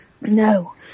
No